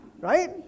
right